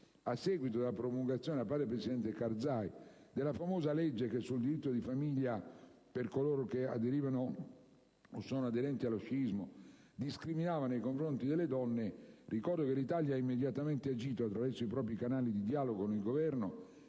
A seguito della promulgazione da parte del presidente Karzai della famosa legge che sul diritto di famiglia, per coloro che aderivano o sono aderenti allo sciismo, discriminava nei confronti delle donne, ricordo che l'Italia ha immediatamente agito attraverso i propri canali di dialogo con il Governo